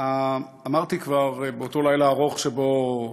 אמרתי כבר באותו לילה ארוך שבו,